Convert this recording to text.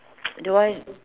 don't want